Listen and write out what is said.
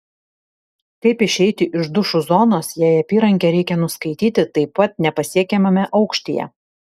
kaip išeiti iš dušų zonos jei apyrankę reikia nuskaityti taip pat nepasiekiamame aukštyje